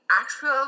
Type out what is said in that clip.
actual